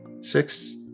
six